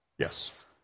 Yes